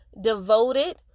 Devoted